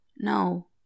No